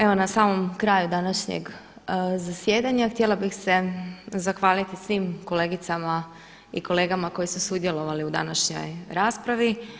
Evo na samom kraju današnjeg zasjedanja htjela bih se zahvaliti svim kolegicama i kolegama koji su sudjelovali u današnjoj raspravi.